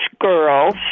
girls